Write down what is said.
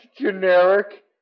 generic